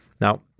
Now